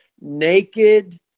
naked